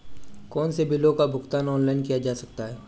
कौनसे बिलों का भुगतान ऑनलाइन किया जा सकता है?